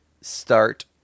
start